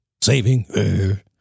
Saving